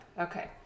Okay